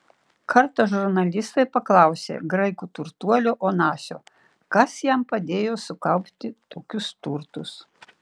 kartą žurnalistai paklausė graikų turtuolio onasio kas jam padėjo sukaupti tokius turtus